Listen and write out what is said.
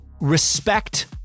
respect